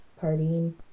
partying